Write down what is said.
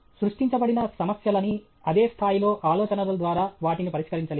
సృష్టించబడిన సమస్యలని అదే స్థాయిలో ఆలోచనల ద్వారా వాటిని పరిష్కరించలేరు